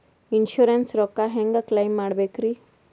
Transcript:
Insurance ರೊಕ್ಕ ಹೆಂಗ claim ಮಾಡ್ಬೇಕ್ರಿ?